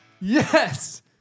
yes